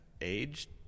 age